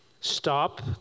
Stop